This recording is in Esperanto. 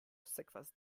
sekvas